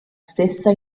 stessa